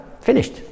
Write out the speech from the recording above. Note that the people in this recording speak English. finished